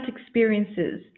experiences